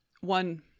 one